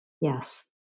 Yes